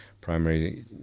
primary